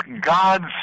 God's